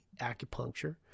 acupuncture